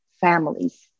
families